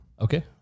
Okay